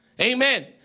Amen